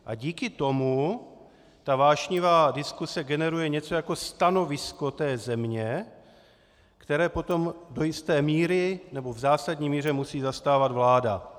A díky tomu ta vášnivá diskuse generuje něco jako stanovisko té země, které potom do jisté míry, nebo v zásadní míře musí zastávat vláda.